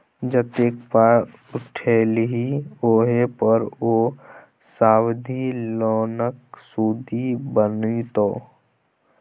जतेक पाय उठेलही ओहि पर ओ सावधि लोनक सुदि बनितौ